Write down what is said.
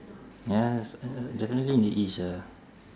yes definitely in the east ah